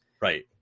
Right